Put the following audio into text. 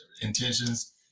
intentions